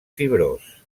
fibrós